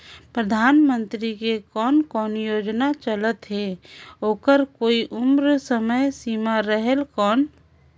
परधानमंतरी के कोन कोन योजना चलत हे ओकर कोई उम्र समय सीमा रेहेल कौन?